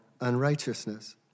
unrighteousness